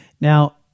Now